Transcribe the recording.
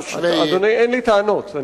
אין לי טענות.